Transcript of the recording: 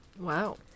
wow